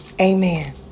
Amen